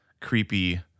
creepy